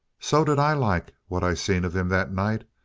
so did i like what i seen of him that night,